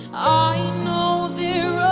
i know they're